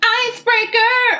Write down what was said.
icebreaker